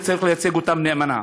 וצריך לייצג אותם נאמנה.